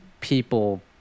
people